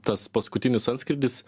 tas paskutinis antskrydis